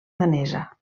danesa